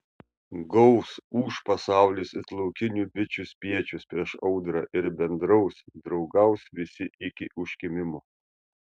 gaus ūš pasaulis it laukinių bičių spiečius prieš audrą ir bendraus draugaus visi iki užkimimo